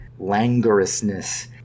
languorousness